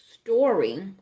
story